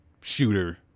shooter